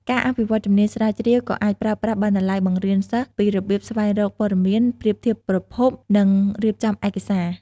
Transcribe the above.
ការអភិវឌ្ឍជំនាញស្រាវជ្រាវក៏អាចប្រើប្រាស់បណ្ណាល័យបង្រៀនសិស្សពីរបៀបស្វែងរកព័ត៌មាន ប្រៀបធៀបប្រភព និងរៀបចំឯកសារ។